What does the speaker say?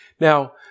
Now